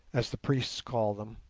as the priests call them,